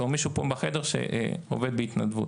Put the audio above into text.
או מישהו פה בחדר שעובד בהתנדבות.